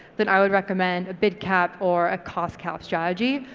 then i would recommend a bid cap or a cost cap strategy,